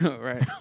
right